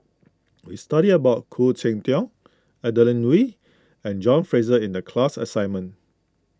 we studied about Khoo Cheng Tiong Adeline Ooi and John Fraser in the class assignment